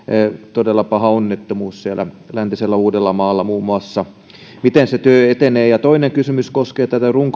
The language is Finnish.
todella paha onnettomuus läntisellä uudellamaalla muun muassa miten se työ etenee toinen kysymys koskee